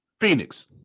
Phoenix